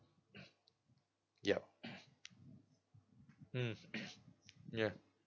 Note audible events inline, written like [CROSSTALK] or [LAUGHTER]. [NOISE] yep [NOISE] mm [NOISE] yeah